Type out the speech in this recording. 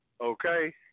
Okay